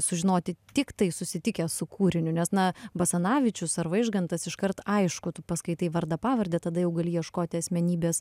sužinoti tiktai susitikęs su kūriniu nes na basanavičius ar vaižgantas iškart aišku tu paskaitai vardą pavardę tada jau gali ieškoti asmenybės